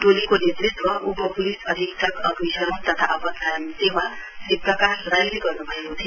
टोलीको नेतृत्व उप प्लिस अधीक्षक अग्नि शमन तथा आपतकालीन सेवा श्री प्रकाश राईले गर्नुभएको थियो